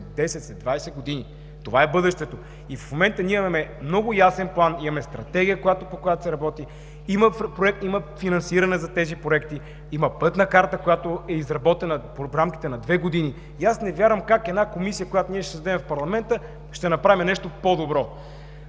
години. Това е бъдещето. В момента ние имаме много ясен план; имаме стратегия, по която се работи; има финансиране за тези проекти; има пътна карта, която е изработена в рамките на два години и аз не вярвам как една комисия, която ние ще създадем в парламента, ще направи нещо по-добро.